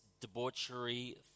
debauchery